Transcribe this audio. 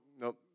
no